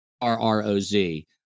R-R-O-Z